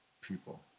people